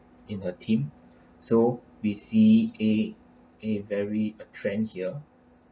in her team so we see a a very uh trend here